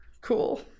cool